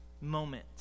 moment